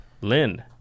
Lynn